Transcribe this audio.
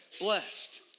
blessed